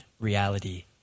reality